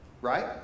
Right